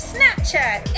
Snapchat